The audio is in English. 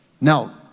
Now